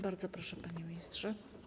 Bardzo proszę, panie ministrze.